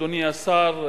אדוני השר,